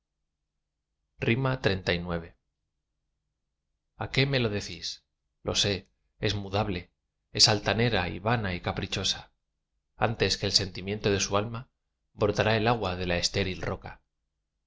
va xxxix a qué me lo decís lo sé es mudable es altanera y vana y caprichosa antes que el sentimiento de su alma brotará el agua de la estéril roca